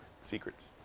Secrets